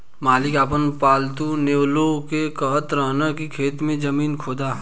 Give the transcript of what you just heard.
मालिक आपन पालतु नेओर के कहत रहन की खेत के जमीन खोदो